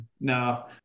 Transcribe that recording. no